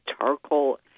charcoal